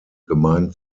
gemeint